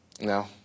No